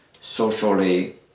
socially